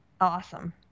Awesome